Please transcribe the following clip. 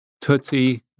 Tootsie